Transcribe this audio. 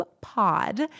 Pod